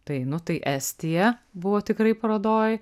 tai nu tai estija buvo tikrai parodoj